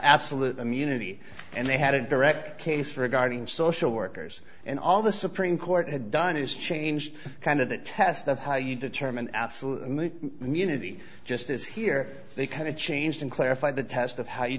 absolute immunity and they had a direct case regarding social workers and all the supreme court had done is changed kind of the test of how you determine absolute immunity just as here they kind of change can clarify the test of how you